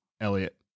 Elliot